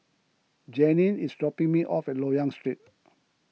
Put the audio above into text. Jeanine is dropping me off at Loyang Street